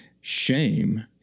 Shame